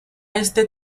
este